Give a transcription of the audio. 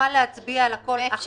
ונוכל להצביע על הכול עכשיו במליאה?